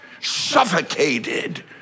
suffocated